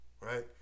Right